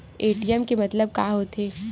ATM के मतलब का होथे?